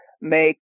make